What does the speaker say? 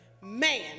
man